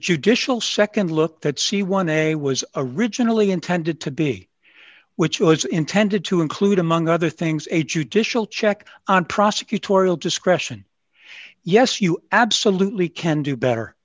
judicial nd look that c one a was originally intended to be which was intended to include among other things a judicial check on prosecutorial discretion yes you absolutely can do better